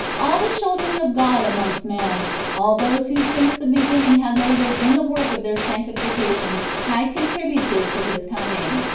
all the children of god amongst men, all those who since the beginning had laboured in the work of their sanctification had contributed to his coming.